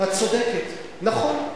את צודקת, נכון.